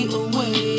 away